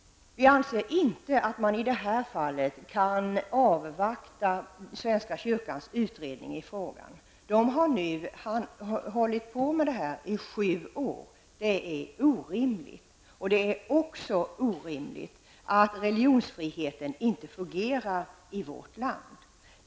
Vi anser inte att man i det här fallet kan avvakta svenska kyrkans utredning i frågan. Svenska kyrkan har arbetat med det detta i sju år, och det är orimligt. Det är också orimligt att religionsfriheten inte fungerar i vårt land.